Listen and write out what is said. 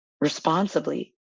responsibly